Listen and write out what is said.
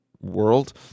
world